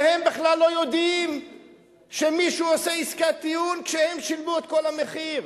והם בכלל לא יודעים שמישהו עושה עסקת טיעון כשהם שילמו את כל המחיר?